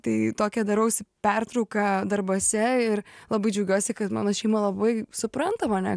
tai tokią darausi pertrauką darbuose ir labai džiaugiuosi kad mano šeima labai supranta mane